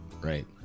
Right